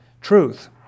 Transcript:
truth